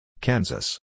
Kansas